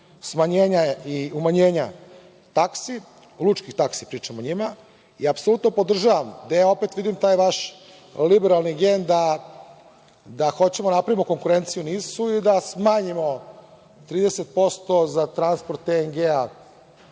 smanjenja i umanjenja taksi, lučkih taksi, pričam o njima i apsolutno podržavam, gde opet vidim taj vaš liberalni gen da hoćemo da napravimo konkurenciju NIS-u i da smanjimo 30% za transport TNG